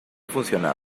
funciona